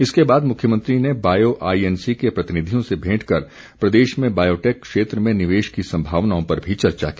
इसके बाद मुख्यमंत्री ने बायो आईएनसी के प्रतिनिधियों से भेंट कर प्रदेश में बायोटेक क्षेत्र में निवेश की संभावनाओं पर भी चर्चा की